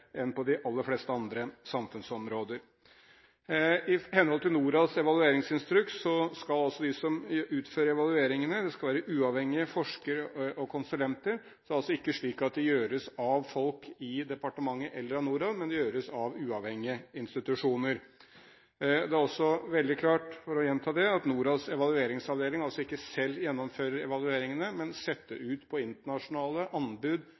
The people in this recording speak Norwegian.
enn på de aller fleste andre samfunnsområder. I henhold til NORADs evalueringsinstruks skal de som utfører evalueringene, være uavhengige forskere og konsulenter. Det er altså ikke slik at de gjøres av folk i departementet eller av NORAD. Det gjøres av uavhengige institusjoner. Det er også veldig klart – for å gjenta det – at NORADs evalueringsavdeling ikke selv gjennomfører evalueringene, men setter de forskjellige evalueringsoppdragene ut på internasjonale anbud.